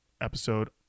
episode